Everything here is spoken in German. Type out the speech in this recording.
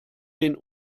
den